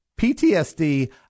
PTSD